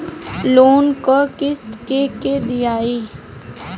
Loan क किस्त के के दियाई?